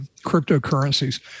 cryptocurrencies